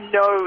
no